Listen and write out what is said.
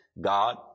God